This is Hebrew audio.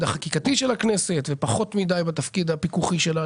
החקיקתי של הכנסת ופחות מידי בתפקיד הפיקוחי שלה.